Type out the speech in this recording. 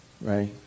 right